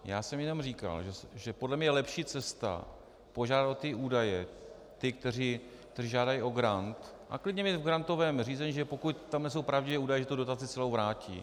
Já jsem jenom říkal, že podle mě je lepší cesta požádat o ty údaje ty, kteří žádají o grant, a klidně mít v grantovém řízení, že pokud tam nejsou pravdivé údaje, tu dotaci celou vrátí.